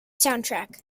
soundtrack